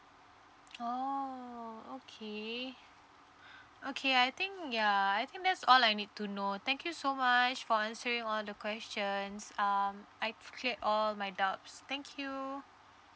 oh okay okay I think ya I think that's all I need to know thank you so much for answering all the questions um I've cleared all my doubts thank you